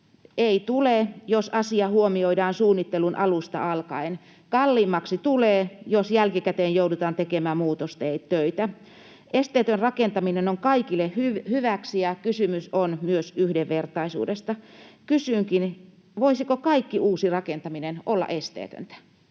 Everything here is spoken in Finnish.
Ei tule, jos asia huomioidaan suunnittelun alusta alkaen. Kalliimmaksi tulee, jos jälkikäteen joudutaan tekemään muutostöitä. Esteetön rakentaminen on kaikille hyväksi, ja kysymys on myös yhdenvertaisuudesta. Kysynkin: voisiko kaikki uusi rakentaminen olla esteetöntä?